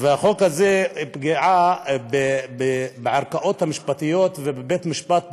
החוק הזה הוא פגיעה בערכאות משפטיות ובבית-המשפט בכלל.